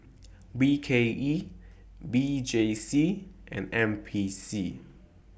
B K E V J C and N P C